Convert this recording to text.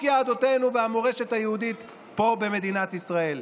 יהדותנו והמורשת היהודית פה במדינת ישראל.